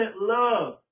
love